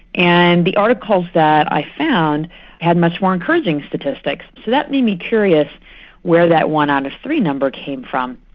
and the articles that i found had much more encouraging statistics. so that made me curious where that one out of three number came from.